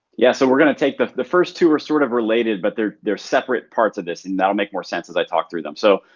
yeah, so we're gonna take the first two are sort of related but they're they're separate part of this and that'll make more sense as i talk through them. so,